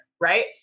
right